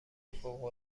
فوق